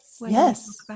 Yes